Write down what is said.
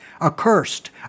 accursed